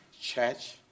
church